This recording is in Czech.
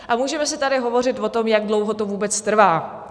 A můžeme si tady hovořit o tom, jak dlouho to vůbec trvá.